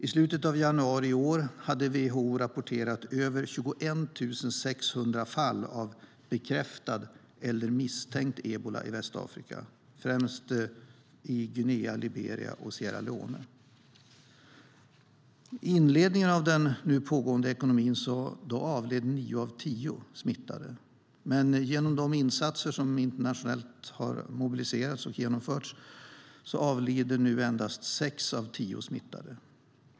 I slutet av januari i år hade WHO rapporterat över 21 600 fall av bekräftad eller misstänkt ebola i Västafrika, främst i Guinea, Liberia och Sierra Leone. I inledningen av den nu pågående epidemin avled nio av tio smittade. Men genom de insatser som har mobiliserats och genomförts internationellt avlider nu endast sex av tio smittade.